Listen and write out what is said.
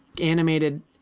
animated